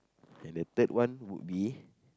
and the third one would be